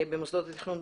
במוסדות התכנון,